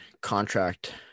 contract –